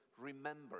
remember